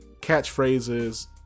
catchphrases